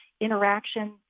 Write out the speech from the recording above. interaction